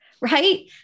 right